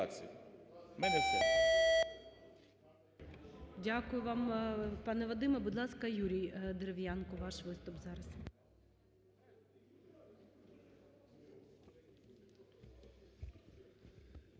Дякую вам, пане Вадиме. Будь ласка, Юрій Дерев'янко, ваш виступ зараз.